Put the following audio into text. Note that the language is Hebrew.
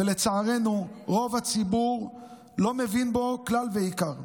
ולצערנו רוב הציבור לא מבין בו כלל ועיקר.